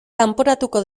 kanporatuko